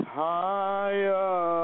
higher